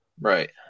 right